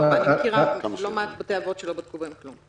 לא, אני מכירה לא מעט בתי-אבות שלא בדקו בהם כלום.